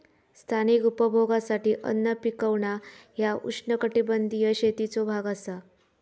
स्थानिक उपभोगासाठी अन्न पिकवणा ह्या उष्णकटिबंधीय शेतीचो भाग असा